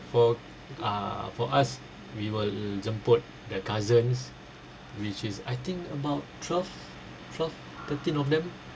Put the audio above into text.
for ah for us we will jemput the cousins which is I think about twelve twelve thirteen of them